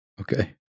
Okay